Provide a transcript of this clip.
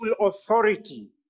authority